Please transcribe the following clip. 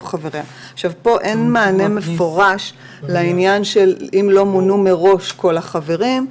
חבריה." פה אין מענה מפורש לעניין שאם לא מונו מראש כל החברים,